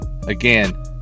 Again